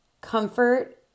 comfort